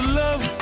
love